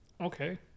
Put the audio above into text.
okay